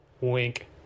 wink